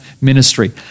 ministry